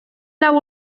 lau